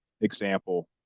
example